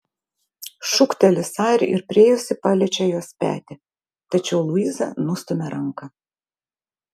šūkteli sari ir priėjusi paliečia jos petį tačiau luiza nustumia ranką